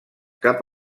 cap